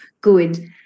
good